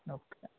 okay